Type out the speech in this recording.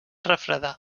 refredar